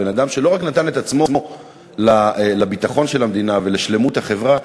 בן-אדם שלא רק נתן את עצמו לביטחון של המדינה ולשלמות החברה,